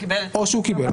או שהוא קיבל,